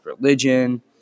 religion